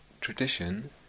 tradition